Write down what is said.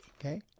Okay